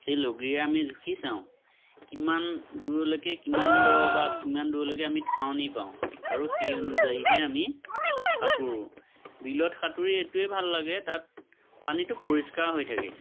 সেই লগিয়ে আমি জুখি চাওঁ কিমান দূৰলৈকে কিমান দ বা কিমান দূৰলৈকে আমি ঠাৱনি পাওঁ আৰু সেই অনুযায়ীহে আমি সাঁতোৰোঁ বিলত সাঁতুৰি এইটোৱে ভাল লাগে তাত পানীটো পৰিষ্কাৰ হৈ থাকে